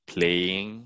Playing